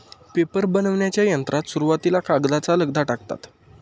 paper बनविण्याच्या यंत्रात सुरुवातीला कागदाचा लगदा टाकतात